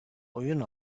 oyun